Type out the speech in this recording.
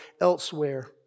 elsewhere